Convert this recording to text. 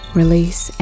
release